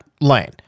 lane